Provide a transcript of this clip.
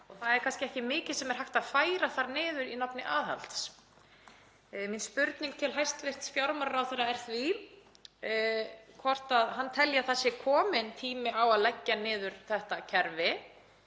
Það er kannski ekki mikið sem er hægt að færa þar niður í nafni aðhalds. Mín spurning til hæstv. fjármálaráðherra er því hvort hann telji að það sé kominn tími á að leggja niður þetta kerfi.